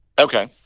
Okay